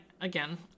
Again